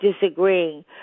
disagreeing